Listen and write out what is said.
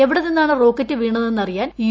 എവിടെ നിന്നാണ് റോക്കറ്റ് വീണതെന്ന് അറിയാൻ യു